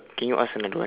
can you ask another one